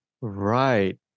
Right